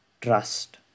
trust